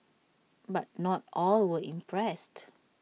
but not all were impressed